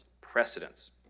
precedents